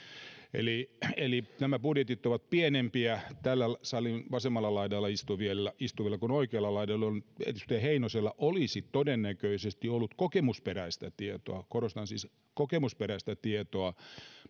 eli eli nämä budjetit ovat pienempiä täällä salin vasemmalla laidalla istuvilla kuin oikealla laidalla edustaja heinosella olisi todennäköisesti ollut kokemusperäistä tietoa korostan siis kokemusperäistä tietoa